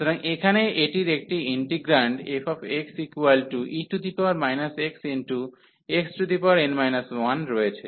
সুতরাং এখানে এটির একটি ইন্টিগ্রান্ড fxe xxn 1 রয়েছে